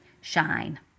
shine